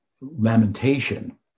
lamentation